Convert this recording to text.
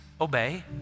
obey